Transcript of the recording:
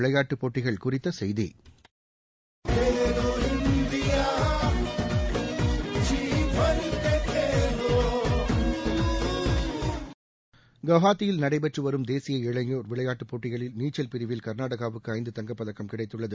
விளையாட்டுச் செய்திகள் குவஹாத்தியில் நடைபெற்று வரும் தேசிய இளையோர் விளையாட்டுப் போட்டிகளின் நீச்சல் பிரிவில் கர்நாடகாவுக்கு ஐந்து தங்கப் பதக்கம் கிடைத்துள்ளது